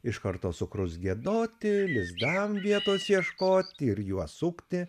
iš karto sukrus giedoti lizdam vietos ieškoti ir juo sukti